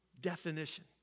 definition